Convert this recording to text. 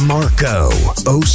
Marco